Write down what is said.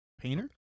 Painter